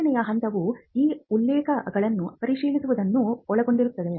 ಮೂರನೇ ಹಂತವು ಈ ಉಲ್ಲೇಖಗಳನ್ನು ಪರಿಶೀಲಿಸುವುದನ್ನು ಒಳಗೊಂಡಿರುತ್ತದೆ